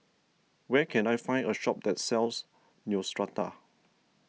where can I find a shop that sells Neostrata